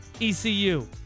ECU